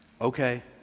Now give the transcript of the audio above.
okay